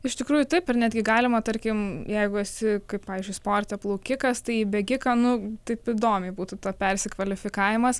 iš tikrųjų taip ir netgi galima tarkim jeigu esi kaip pavyzdžiui sporte plaukikas tai į bėgiką nu taip įdomiai būtų to persikvalifikavimas